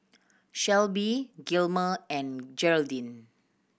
Shelbie Gilmer and Geraldine